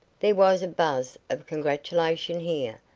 there was a buzz of congratulation here,